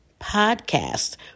podcast